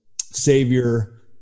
savior